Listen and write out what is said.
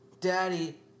daddy